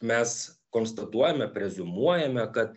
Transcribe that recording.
mes konstatuojame preziumuojame kad